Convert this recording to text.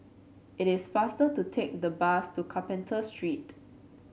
it is faster to take the bus to Carpenter Street